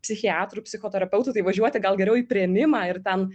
psichiatrų psichoterapeutų tai važiuoti gal geriau į priėmimą ir ten